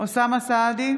אוסאמה סעדי,